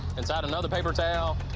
inside another paper towel,